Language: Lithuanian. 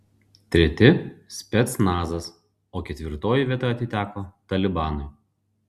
treti specnazas o ketvirtoji vieta atiteko talibanui